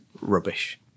Rubbish